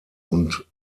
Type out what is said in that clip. und